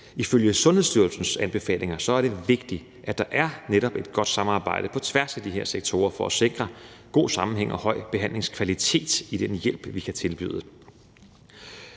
Ifølge Sundhedsstyrelsens anbefalinger er det vigtigt, at der netop er et godt samarbejde på tværs af de her sektorer, for at sikre god sammenhæng og høj behandlingskvalitet i den hjælp, vi kan tilbyde.